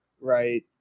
right